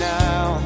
now